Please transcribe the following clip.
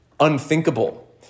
unthinkable